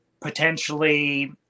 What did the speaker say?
potentially